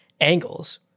angles